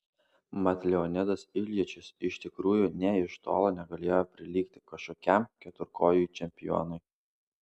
mat leonidas iljičius iš tikrųjų nė iš tolo negalėjo prilygti kažkokiam keturkojui čempionui